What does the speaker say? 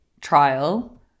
trial